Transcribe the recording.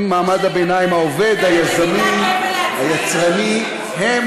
ואתם חסמתם הצעת חוק שלי,